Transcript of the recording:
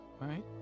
right